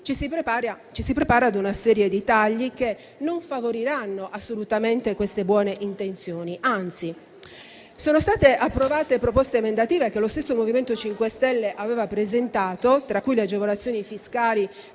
ci si prepara a una serie di tagli che non favoriranno assolutamente queste buone intenzioni. Anzi, sono state approvate proposte emendative che lo stesso MoVimento 5 Stelle aveva presentato, tra cui quelle sulle agevolazioni fiscali